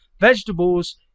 Vegetables